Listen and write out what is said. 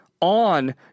on